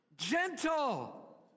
gentle